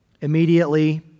Immediately